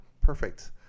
perfect